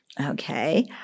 okay